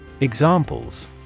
Examples